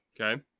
Okay